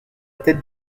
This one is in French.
tête